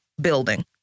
building